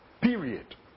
period